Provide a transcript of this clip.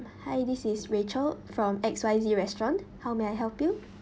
hi this is rachel from X Y Z restaurant how may I help you